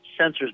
sensors